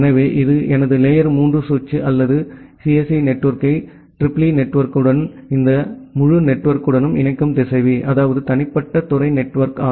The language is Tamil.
எனவே இது எனது லேயர் 3 சுவிட்ச் அல்லது சிஎஸ்இ நெட்வொர்க்கை ஈஇஇ நெட்வொர்க்குடனும் இந்த முழு நெட்வொர்க்குடனும் இணைக்கும் திசைவி அதாவது தனிப்பட்ட துறை நெட்வொர்க்